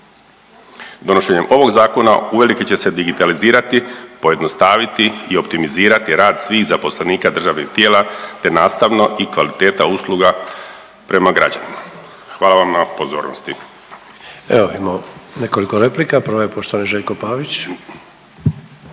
Donošenjem ovog zakona uvelike će se digitalizirati, pojednostaviti i optimizirati rad svih zaposlenika državnih tijela, te nastavno i kvaliteta usluga prema građanima. Hvala vam na pozornosti. **Sanader, Ante (HDZ)** Evo imamo nekoliko replika, prva je poštovani Željko Pavić.